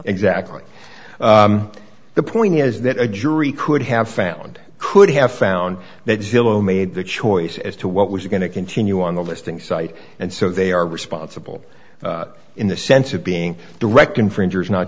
exactly the point is that a jury could have found could have found that zillah made the choice as to what was going to continue on the listing site and so they are responsible in the sense of being direct infringers not